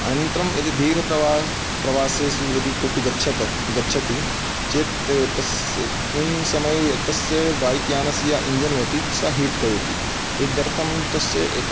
अनन्तरं यदि धीरप्रवास प्रवासेषु यदि कोऽपि गच्छत गच्छति चेत् त तस्स मिन् समये एतस्य बैक् यानस्य इञ्जन् भवति स हीट् करोति एतदर्थं तस्य एका